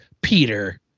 Peter